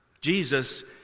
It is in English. Jesus